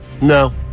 No